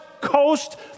coast